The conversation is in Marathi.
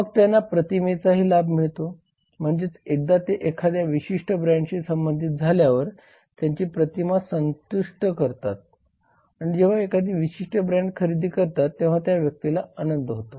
मग त्यांना प्रतिमेचा ही लाभ मिळतो म्हणजेच एकदा ते एखाद्या विशिष्ट ब्रँडशी संबंधित झाल्यावर त्यांची प्रतिमा संतुष्ट करतात आणि जेव्हा एखादी विशिष्ट ब्रँड खरेदी करतात तेव्हा त्या व्यक्तीला आनंद होतो